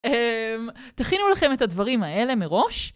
אממ... תכינו לכם את הדברים האלה מראש?